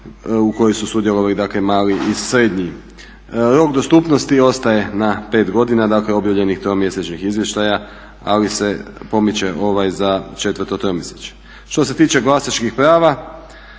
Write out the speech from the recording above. u kojoj su sudjelovali dakle mali i srednji. Rok dostupnosti ostaje na 5 godina dakle objavljenih tromjesečnih izvještaja, ali se pomiče za 4. tromjesečje. Što se tiče glasačkih prava